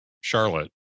Charlotte